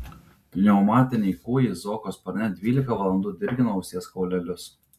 pneumatiniai kūjai zoko sparne dvylika valandų dirgino ausies kaulelius